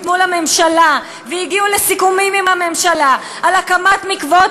מול הממשלה והגיעו לסיכומים עם הממשלה על הקמת מקוואות